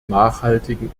nachhaltigen